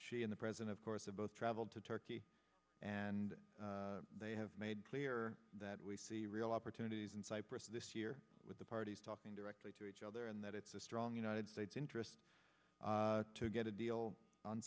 in the present of course of both traveled to turkey and they have made clear that we see real opportunities in cyprus this year with the parties talking directly to each other and that it's a strong united states interest to get a deal on